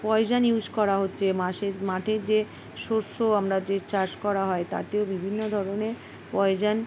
poison use করা হচ্ছে মাসের মাঠের যে শস্য আমরা যে চাষ করা হয় তাতেও বিভিন্ন ধরনের পয়জান